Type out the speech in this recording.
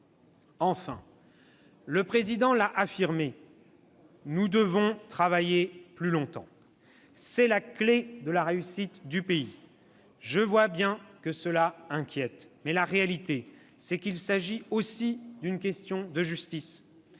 Enfin, le Président l'a affirmé, nous devons travailler plus longtemps. C'est la clé de la réussite du pays. Je vois bien que cela inquiète. Mais, la réalité, c'est qu'il s'agit aussi d'une question de justice.